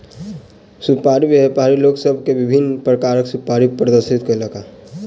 सुपाड़ी व्यापारी लोक सभ के विभिन्न प्रकारक सुपाड़ी प्रदर्शित कयलक